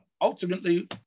Ultimately